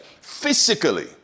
physically